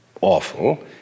awful